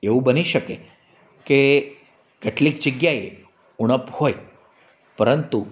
એવું બની શકે કે કેટલીક જગ્યાએ ઉણપ હોય પરંતુ